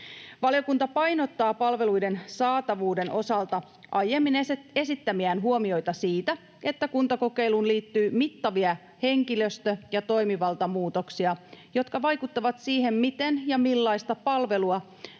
Valiokunta painottaa palveluiden saatavuuden osalta aiemmin esittämiään huomioita siitä, että kuntakokeiluun liittyy mittavia henkilöstö- ja toimivaltamuutoksia, jotka vaikuttavat siihen, miten ja millaista palvelua